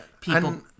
people